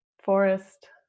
forest